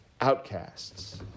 outcasts